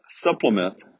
supplement